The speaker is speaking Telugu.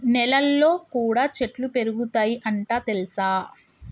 నెలల్లో కూడా చెట్లు పెరుగుతయ్ అంట తెల్సా